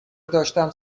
داشتم